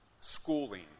schooling